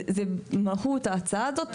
זו מהות ההצעה הזו.